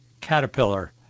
Caterpillar